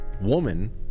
woman